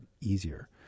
easier